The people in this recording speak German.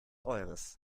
eures